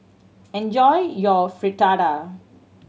enjoy your Fritada